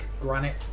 granite